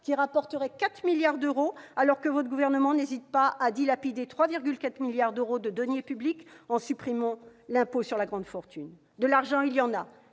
qui rapporterait 4 milliards d'euros, alors que votre gouvernement n'hésite pas à dilapider 3,4 milliards d'euros de deniers publics en supprimant l'ISF ? De l'argent, il y en a